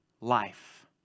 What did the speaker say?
life